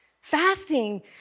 Fasting